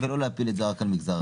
ולא להפיל את זה רק על מגזר אחד.